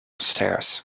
stairs